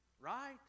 right